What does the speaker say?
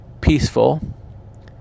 peaceful